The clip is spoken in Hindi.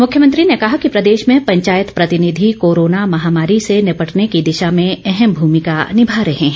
मुख्यमंत्री ने कहा कि प्रदेश में पंचायत प्रतिनिधी कोरोना महामारी से निपटने की दिशा में अहम भूमिका निभा रहे हैं